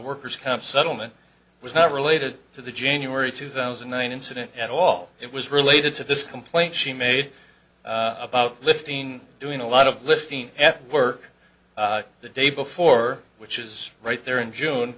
worker's comp settlement was not related to the january two thousand and nine incident at all it was related to this complaint she made about lifting doing a lot of lifting f work the day before which is right there in june